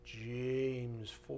James